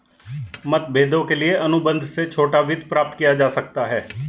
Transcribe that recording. मतभेदों के लिए अनुबंध से छोटा वित्त प्राप्त किया जा सकता है